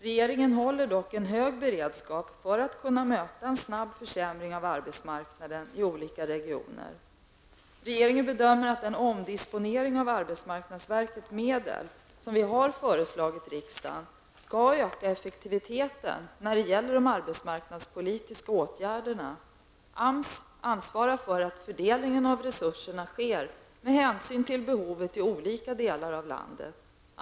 Regeringen håller dock en hög beredskap för att kunna möta en snabb försämring av arbetsmarknaden i olika regioner. Regeringen bedömer att den omdisponering av arbetsmarknadsverkets medel som vi har föreslagit riksdagen skall öka effektiviteten när det gäller de arbetsmarknadspolitiska åtgärderna. AMS ansvarar för att fördelningen av resurserna sker med hänsyn till behovet i olika delar av landet.